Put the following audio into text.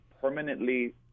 permanently